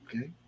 Okay